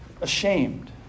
ashamed